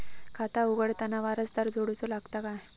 खाता उघडताना वारसदार जोडूचो लागता काय?